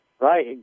right